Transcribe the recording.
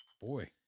Boy